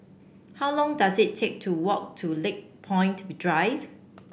how long does it take to walk to Lakepoint Drive